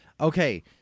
Okay